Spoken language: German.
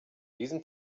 diesem